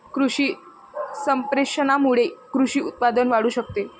कृषी संप्रेषणामुळे कृषी उत्पादन वाढू शकते